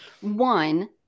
One